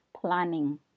planning